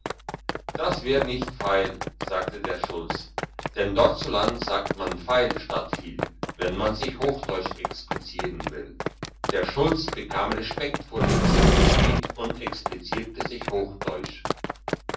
das wär nicht veil sagte der schulz denn dortzuland sagt man veil statt viel wenn man sich hochdeutsch explizieren will der schulz bekam respekt vor dem zirkelschmied und explizierte sich hochdeutsch